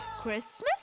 Christmas